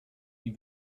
die